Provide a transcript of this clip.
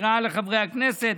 היא רעה לחברי הכנסת.